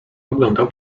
oglądał